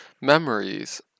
memories